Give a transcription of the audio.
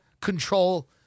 control